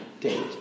date